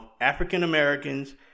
African-Americans